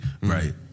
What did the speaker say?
Right